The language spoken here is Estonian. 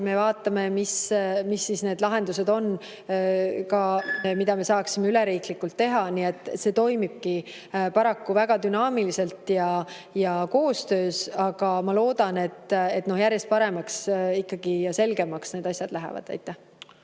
Me vaatame, mis need lahendused on, mida me saaksime üleriiklikult teha. Nii et see toimibki paraku väga dünaamiliselt ja koostöös, aga ma loodan, et järjest paremaks ja selgemaks need asjad lähevad. Ja